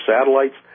satellites